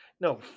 no